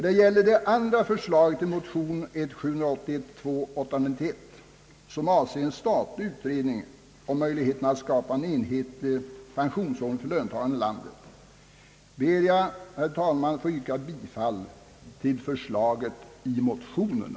Beträffande det andra förslaget i motionerna I: 781 och II: 891, som avser en statlig utredning om möjligheterna att skapa en enhetlig pensionsordning för löntagarna i landet, ber jag att få yrka bifall till förslaget i motionerna.